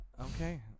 Okay